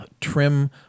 trim